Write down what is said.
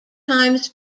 times